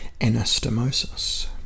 anastomosis